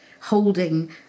holding